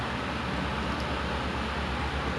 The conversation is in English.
jadi macam more environment friendly